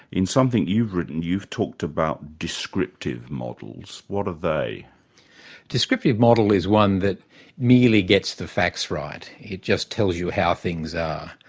in something you've written you've talked about descriptive models. what are they? a descriptive model is one that merely gets the facts right. it just tells you how things are.